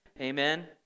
Amen